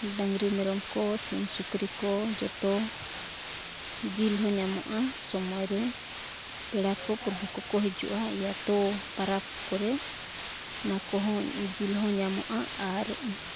ᱰᱟᱝᱨᱤ ᱢᱮᱨᱚᱢ ᱠᱚ ᱥᱤᱢ ᱥᱩᱠᱨᱤ ᱠᱚ ᱡᱚᱛᱚ ᱡᱤᱞ ᱦᱚᱸ ᱧᱟᱢᱚᱜᱼᱟ ᱥᱚᱢᱚᱭᱨᱮ ᱯᱮᱲᱟ ᱠᱚ ᱯᱚᱨᱵᱷᱩ ᱠᱚᱠᱚ ᱦᱤᱡᱩᱜᱼᱟ ᱤᱭᱟᱛᱚ ᱯᱚᱨᱚᱵᱽ ᱠᱚᱨᱮ ᱚᱱᱟᱠᱚᱦᱚᱸ ᱡᱤᱞ ᱦᱚᱸ ᱧᱟᱢᱚᱜᱼᱟ ᱟᱨ